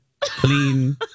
Clean